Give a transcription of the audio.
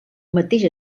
mateix